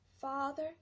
Father